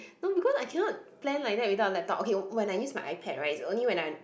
no because I cannot plan like that without a laptop okay when I use my iPad right it's only when I